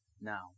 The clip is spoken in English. now